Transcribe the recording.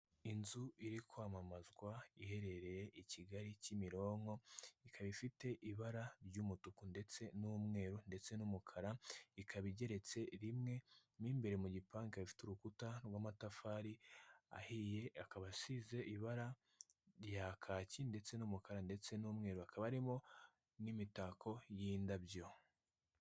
Inzu iri kwamamazwa iherereye I kigali kimironko ikaba ifite ibara ry'umutuku ndetse n'umweru ndetse n'umukara ikaba igeretse rimwe mwimbere mu gipangu ikaba ifite urukuta rw'amatafari ahiye akaba asize ibara rya kaki ndetse n'umukara ndetse n'umweru akaba ariho n'imitako y'indabyo.